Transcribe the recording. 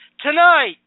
Tonight